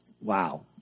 Wow